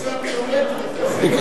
כניסה ביומטרית תעשה.